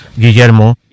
Guillermo